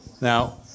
Now